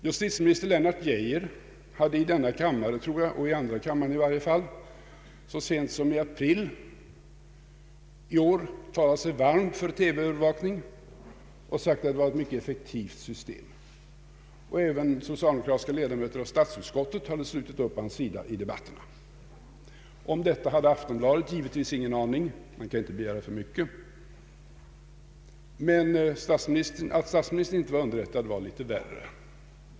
Justitieminister Lennart Geijer hade i andra kammaren så sent som i april i år talat sig varm för TV-övervakning och sagt att det var ett mycket effektivt system. Även socialdemokratiska ledamöter av statsutskottet hade slutit upp vid hans sida i debatterna. Om detta hade Aftonbladet givetvis ingen aning — man kan ju inte begära för mycket. Att statsministern inte underrättats var litet värre.